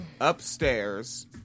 upstairs